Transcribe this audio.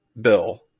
Bill